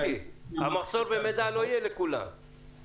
המחסור במידע לא יהיה לכולם,